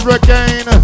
again